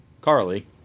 Carly